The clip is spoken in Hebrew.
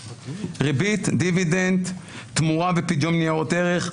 ריבית, דיבידנד, תמורה בפדיון ניירות ערך.